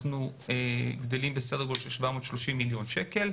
אנחנו גדלים בסדר גודל של 730 מיליון שקלים.